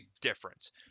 difference